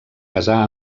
casar